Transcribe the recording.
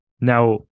Now